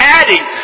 adding